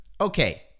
Okay